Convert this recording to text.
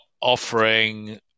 offering